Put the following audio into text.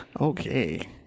Okay